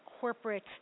corporate